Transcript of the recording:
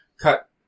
cut